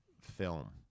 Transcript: Film